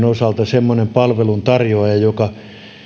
osalta semmoinen palveluntarjoaja joka